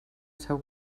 seu